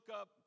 up